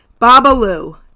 Babalu